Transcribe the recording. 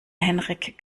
henrik